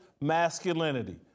Masculinity